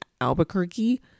Albuquerque